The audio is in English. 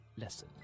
lesson